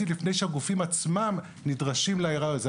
לפני שהגופים עצמם נדרשים לאירוע הזה.